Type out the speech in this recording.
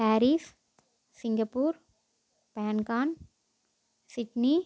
Paris Singapore Bangkok Sydney